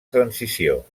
transició